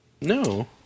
No